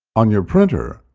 on your printer,